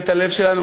את הלב שלנו.